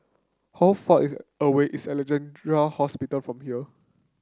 how far is away is Alexandra Hospital from here